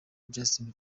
justin